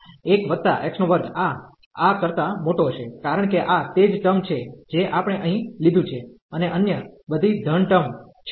તેથી 1 x2 આ આ કરતા મોટો હશે કારણ કે આ તે જ ટર્મ છે જે આપણે અહીં લીધું છે અને અન્ય બધી ધન પદો છે